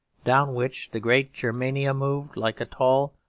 down which the great germania moved like a tall,